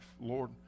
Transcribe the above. Lord